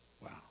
Wow